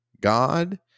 God